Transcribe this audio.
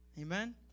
Amen